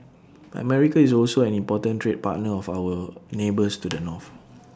America is also an important trade partner of our neighbours to the north